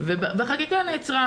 והחקיקה נעצרה.